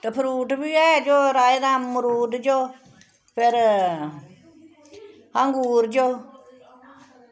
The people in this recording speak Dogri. फ्रूट बी ऐ जो राहे दा मरूद जो फिर अंगूर जो